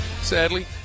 sadly